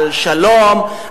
על שלום,